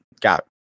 got